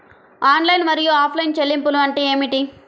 Online మరియు offline చెల్లింపులు అంటే ఏమిటి?